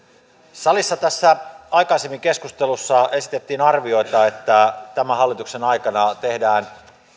salissa tässä aikaisemmin keskustelussa esitettiin arvioita että tämän hallituksen aikana tehdään